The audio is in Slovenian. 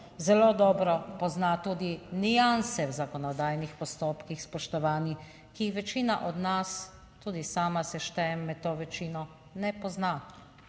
zelo dobro pozna tudi nianse v zakonodajnih postopkih, spoštovani, ki jih večina od nas, tudi sama se štejem med to večino, ne pozna.